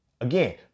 Again